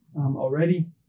already